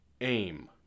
Aim